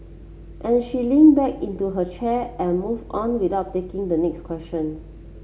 and she leaned back into her chair and moved on without taking the next question